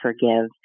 forgive